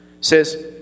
Says